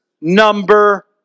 number